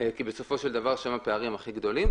כי בסופו של דבר שם הפערים הכי גדולים.